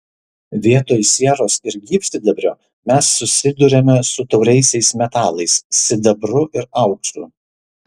vietoj sieros ir gyvsidabrio mes susiduriame su tauriaisiais metalais sidabru ir auksu